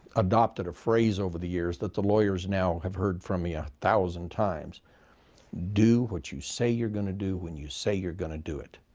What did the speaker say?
adopted a phrase over the years that the lawyers now have heard from me one ah thousand times do what you say you're going to do when you say you're going to do it.